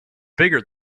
bigger